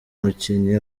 umukinnyi